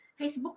facebook